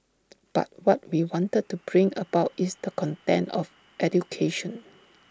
but what we wanted to bring about is the content of education